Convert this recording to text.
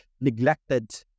neglected